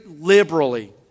liberally